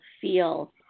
feel